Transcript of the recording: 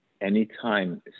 Anytime